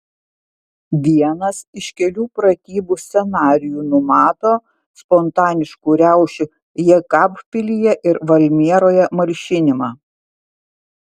vienas iš kelių pratybų scenarijų numato spontaniškų riaušių jekabpilyje ir valmieroje malšinimą